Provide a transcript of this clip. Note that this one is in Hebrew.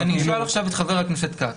אני קודם כל אתחיל באמירה קטנה,